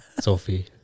Sophie